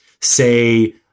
Say